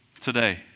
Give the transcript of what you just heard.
today